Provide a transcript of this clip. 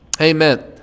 Amen